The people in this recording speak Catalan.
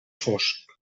fosc